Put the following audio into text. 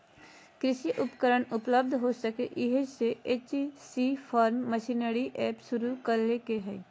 कृषि उपकरण उपलब्ध हो सके, इहे ले सी.एच.सी फार्म मशीनरी एप शुरू कैल्के हइ